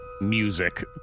music